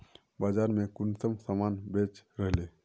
बाजार में कुंसम सामान बेच रहली?